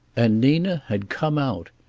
and nina had come out.